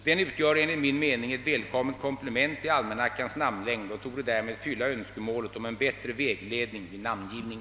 Den utgör enligt min mening ett välkommet komplement till almanackans namnlängd och torde därmed fylla önskemålet om en bättre vägledning vid namngivning.